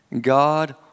God